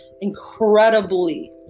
incredibly